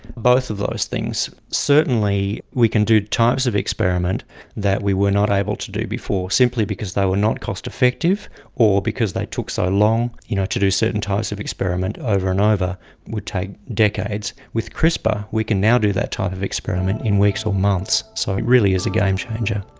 both of those things. certainly we can do types of experiments that we were not able to do before, simply because they were not cost-effective or because they took so long you know to do certain types of experiment over and over, it would take decades. with crispr we can now do that type of experiment in weeks or months. so it really is a game changer.